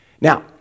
Now